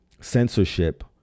censorship